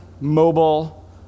mobile